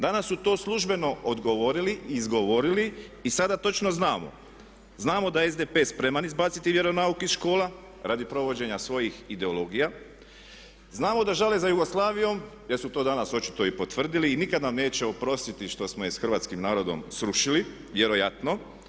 Danas su to službeno odgovorili i izgovorili i sada točno znamo, znamo da je SDP spreman izbaciti vjeronauk iz škola radi provođenja svojih ideologija, znamo da žale za Jugoslavijom jer su to danas očito i potvrdili i nikad nam neće oprostiti što smo je s hrvatskim narodom srušili, vjerojatno.